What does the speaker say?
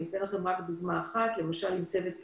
אני אתן לכם דוגמה אחת: למשל, אם צוות רפואי...